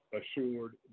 assured